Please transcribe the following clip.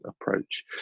approach